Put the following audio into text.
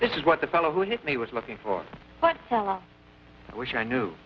this is what the fellow who hit me was looking for but i wish i knew